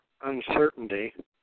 uncertainty